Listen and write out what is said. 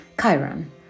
Chiron